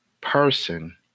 person